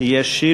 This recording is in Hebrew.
יש